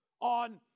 on